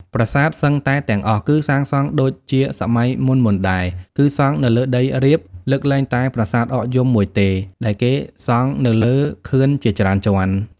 ប្រាសាទសឹងតែទាំងអស់ គឺសាងសង់ដូចជាសម័យមុនៗដែរ គឺសង់នៅលើដីរាប លើកលែងតែប្រាសាទអកយំមួយទេ ដែលគេសង់នៅលើខឿនជាច្រើនជាន់។